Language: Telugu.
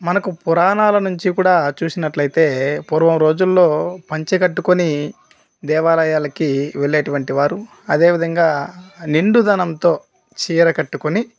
మనకు పురాణాల నుంచి కూడా చూసినట్లయితే పూర్వం రోజుల్లో పంచి కట్టుకుని దేవాలయాలకి వెళ్ళేటటువంటి వారు అదేవిధంగా నిండుదనంతో చీర కట్టుకుని